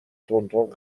تندتند